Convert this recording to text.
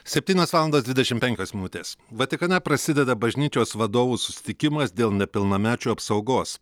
septynios valandos dvidešimt penkios minutės vatikane prasideda bažnyčios vadovų susitikimas dėl nepilnamečių apsaugos